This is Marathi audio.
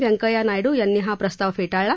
व्यंकय्या नायडू यांनी हा प्रस्ताव फेटाळला